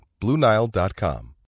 BlueNile.com